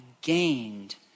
gained